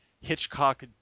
hitchcock